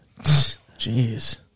Jeez